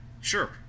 sure